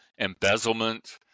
embezzlement